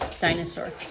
Dinosaur